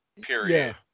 period